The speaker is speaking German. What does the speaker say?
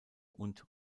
und